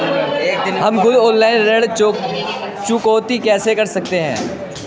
हम खुद ऑनलाइन ऋण चुकौती कैसे कर सकते हैं?